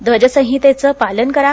ध्वज संहितेचं पालन करा